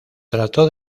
trató